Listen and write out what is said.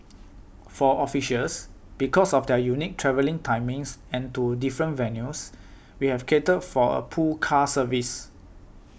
for officials because of their unique travelling timings and to different venues we have catered for a pool car service